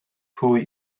pwy